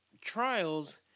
trials